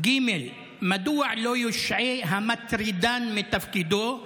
3. מדוע לא יושעה המטרידן מתפקידו?